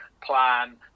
plan